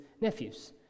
nephews